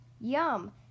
Yum